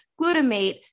glutamate